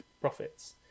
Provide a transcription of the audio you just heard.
profits